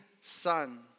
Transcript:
son